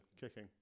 kicking